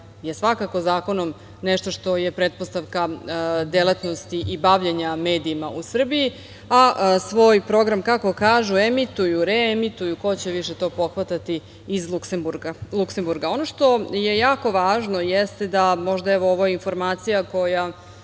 je svakako zakonom nešto što je pretpostavka delatnosti i bavljenja medijima u Srbiji, a svoj program, kako kažu, emituju, reemituju, ko će to više pohvatati, iz Luksemburga. Ono što je jako važno, evo, ovo je informaciju za